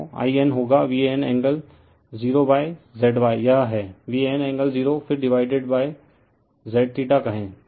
तो I n होगा VAN angle Z Y यह है VAN एंगल 0 फिर डिवाइडेड z कहें